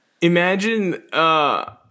Imagine –